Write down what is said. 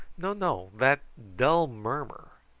no, no! that dull murmur.